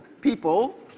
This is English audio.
people